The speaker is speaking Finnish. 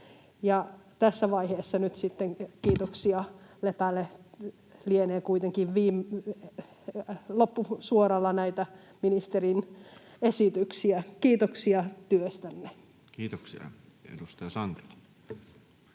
Tässä vaiheessa nyt sitten kiitoksia Lepälle, kun lienee kuitenkin loppusuoralla näitä ministerin esityksiä. Kiitoksia työstänne! Kiitoksia. — Edustaja Sankelo